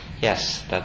Yes